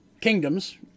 kingdoms